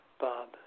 Bob